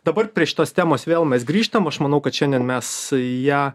dabar prie šitos temos vėl mes grįžtam aš manau kad šiandien mes į ją